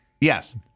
Yes